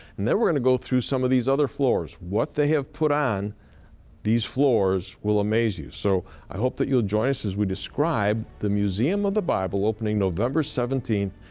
and then we're going to go through some of these other floors. what they have put on these floors will amaze you. so i hope that you'll join us as we describe the museum of the bible, opening november seventeen,